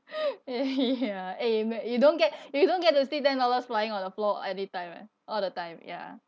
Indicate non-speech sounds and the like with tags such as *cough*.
*laughs* eh ya eh ma~ you don't get you don't get to see ten dollars flying on the floor anytime eh all the time ya